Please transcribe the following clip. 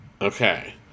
Okay